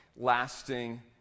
lasting